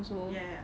ya ya